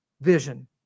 vision